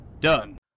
Done